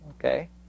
Okay